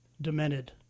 demented